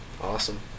awesome